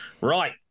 Right